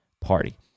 party